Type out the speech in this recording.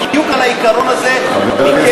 בדיוק על העיקרון הזה ביקש,